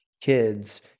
kids